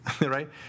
right